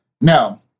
now